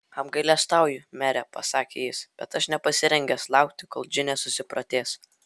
apgailestauju mere pasakė jis bet aš nepasirengęs laukti kol džinė susiprotės